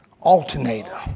alternator